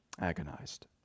agonized